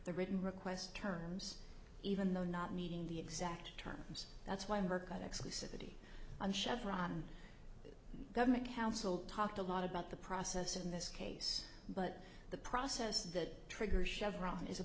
the written request terms even though not meeting the exact terms that's why merck exclusivity on chevron the government counsel talked a lot about the process in this case but the process that triggers chevron is a